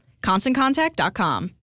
ConstantContact.com